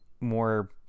more